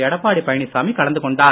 எடப்பாடி பழனிச்சாமி கலந்துகொண்டார்